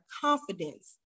confidence